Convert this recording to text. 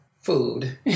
food